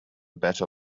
better